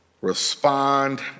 respond